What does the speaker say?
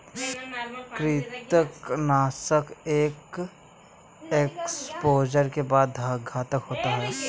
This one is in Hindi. कृंतकनाशक एक एक्सपोजर के बाद घातक होते हैं